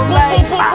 life